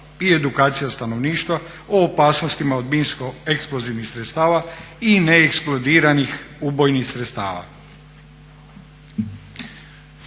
i edukacija stanovništva o opasnostima od minsko-eksplozivnih sredstava i neeksplodiranih ubojnih sredstava.